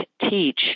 teach